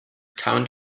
current